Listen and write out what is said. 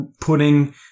putting